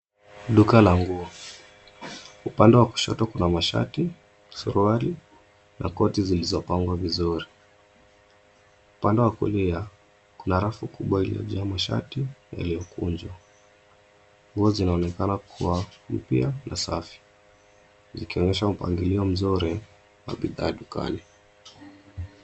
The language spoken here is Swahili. Duka la nguo, upande wa kushoto kuna mashati suruali na koti zilizo pangwa vizuri upande wa kulia kuna rafu kubwa iliyo jaa mashati iliyo kunjwa. Nguo zinaonekana kuwa mpya na safi zikionyesha, mpangilio mzuri katika dukani.